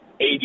AD